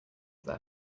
their